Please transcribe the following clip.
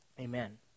Amen